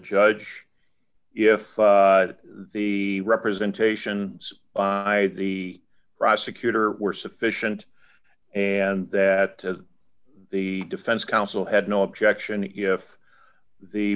judge if the representation by the prosecutor were sufficient and that the defense counsel had no objection if the